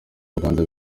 rwanda